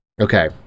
okay